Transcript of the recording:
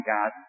God